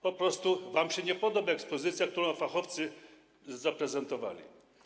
Po prostu wam się nie podoba ekspozycja, którą fachowcy zaprezentowali.